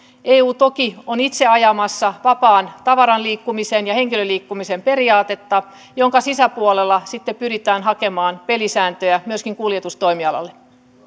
eu toki on itse ajamassa tavaran ja henkilöiden vapaan liikkumisen periaatetta jonka sisäpuolella sitten pyritään hakemaan pelisääntöjä myöskin kuljetustoimialalle